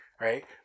Right